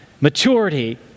maturity